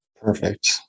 Perfect